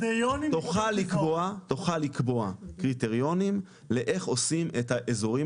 תוכל לקבוע קריטריונים לאיך עושים את האזורים